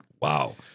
wow